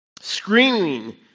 screaming